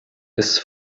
ist